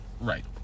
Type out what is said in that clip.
right